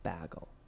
Bagel